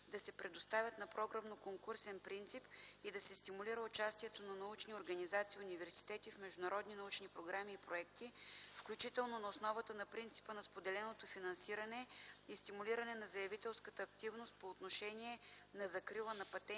да се предоставят на програмно-конкурсен принцип и да се стимулира участието на научни организации и университети в международни научни програми и проекти, включително на основата на принципа на споделеното финансиране и стимулиране на заявителската активност по отношение на закрила на патенти